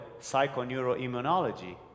psychoneuroimmunology